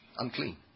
Unclean